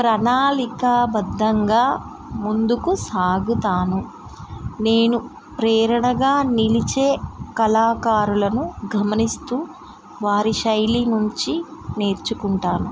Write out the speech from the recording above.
ప్రణాళికబద్ధంగా ముందుకు సాగుతాను నేను ప్రేరణగా నిలిచే కళాకారులను గమనిస్తూ వారి శైలి నుంచి నేర్చుకుంటాను